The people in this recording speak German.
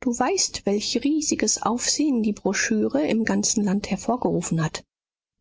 du weißt welch riesiges aufsehen die broschüre im ganzen land hervorgerufen hat